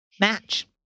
match